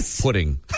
pudding